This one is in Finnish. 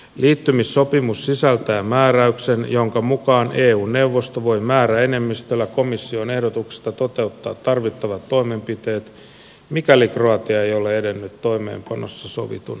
liittymissopimus sisältää määräyksen jonka mukaan eun neuvosto voi määräenemmistöllä komission ehdotuksesta toteuttaa tarvittavat toimenpiteet mikäli kroatia ei ole edennyt toimeenpanossa sovitun mukaisesti